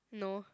no